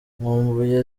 nkumbuye